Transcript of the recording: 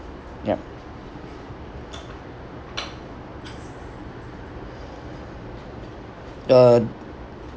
yup uh